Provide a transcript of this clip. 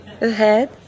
Ahead